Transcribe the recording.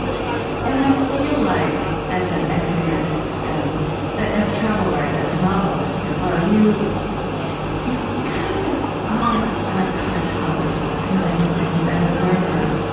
and i feel like, as an essayist and as a travel writer, as a novelist as well, you you kind of are a cartographer, kind of an an observer,